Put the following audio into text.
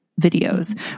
videos